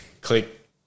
click